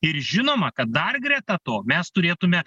ir žinoma kad dar greta to mes turėtume